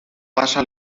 passa